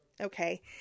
Okay